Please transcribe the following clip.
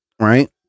Right